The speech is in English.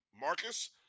Marcus